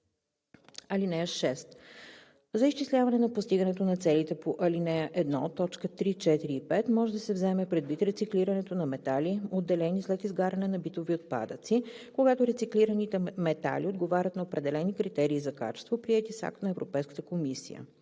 (6) За изчисляване на постигането на целите по ал. 1, т. 3, 4 и 5 може да се вземе предвид рециклирането на метали, отделени след изгаряне на битови отпадъци, когато рециклираните метали отговарят на определени критерии за качество, приети с акт на Европейската комисия.